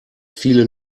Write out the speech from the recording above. viele